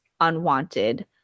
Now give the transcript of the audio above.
unwanted